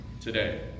today